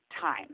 time